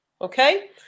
okay